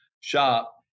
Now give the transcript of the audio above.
shop